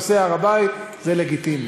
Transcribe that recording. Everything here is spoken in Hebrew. נושא הר הבית זה לגיטימי,